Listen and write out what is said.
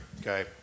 okay